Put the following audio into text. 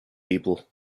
people